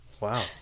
Wow